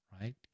right